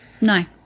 No